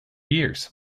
years